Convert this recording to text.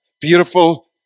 Beautiful